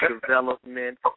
development